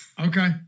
Okay